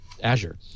Azure